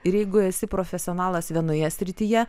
ir jeigu esi profesionalas vienoje srityje